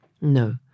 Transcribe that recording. No